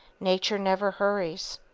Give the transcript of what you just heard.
nature never hurries.